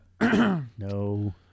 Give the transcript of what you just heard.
No